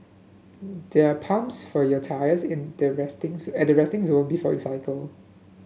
there are pumps for your tyres in the resting at the resting zone before you cycle